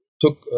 took